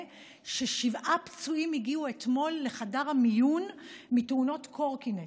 ששבעה פצועים הגיעו אתמול לחדר המיון מתאונות קורקינט.